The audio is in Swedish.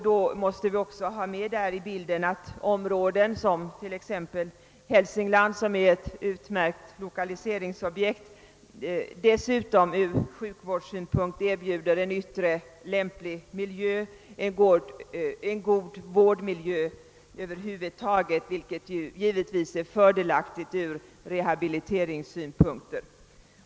Där måste vi också ta med i bilden att områden som exempelvis Hälsingland är utmärkta lokaliseringsobjekt och dessutom erbjuder en ur sjukvårdssynpunkt lämplig yttre miljö och en god vårdmiljö över huvud taget, vilket givetvis är till stor fördel ur rehabiliteringssynpunkter.